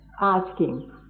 asking